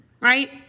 right